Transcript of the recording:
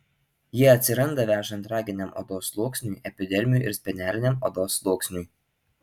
jie atsiranda vešant raginiam odos sluoksniui epidermiui ir speneliniam odos sluoksniui